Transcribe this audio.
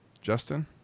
Justin